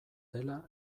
dela